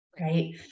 right